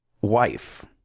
wife